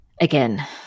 again